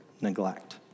neglect